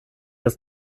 ist